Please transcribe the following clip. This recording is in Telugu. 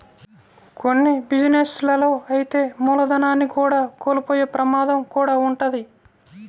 కొన్ని బిజినెస్ లలో అయితే మూలధనాన్ని కూడా కోల్పోయే ప్రమాదం కూడా వుంటది